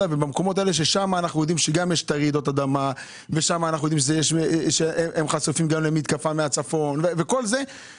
ששם אנחנו יודעים שיש רעידות אדמה והם חשופים למתקפה מהצפון --- יש